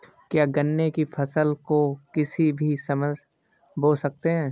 क्या गन्ने की फसल को किसी भी समय बो सकते हैं?